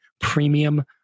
premium